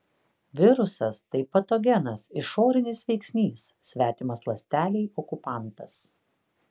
virusas tai patogenas išorinis veiksnys svetimas ląstelei okupantas